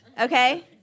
Okay